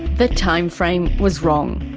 the time frame was wrong.